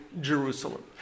Jerusalem